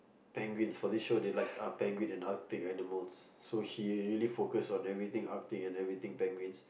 penguins for this show they like uh penguin and Arctic animals so he really focus on everything Arctic and everything penguins